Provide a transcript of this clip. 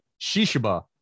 shishiba